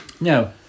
No